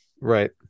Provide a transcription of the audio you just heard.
Right